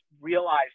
realize